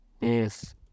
Yes